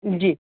जी